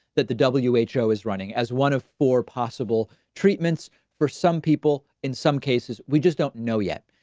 that the w h o. is running as one of four possible treatments treatments for some people in some cases. we just don't know yet.